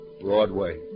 Broadway